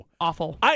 Awful